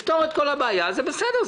לפתור את כל הבעיה זה בסדר,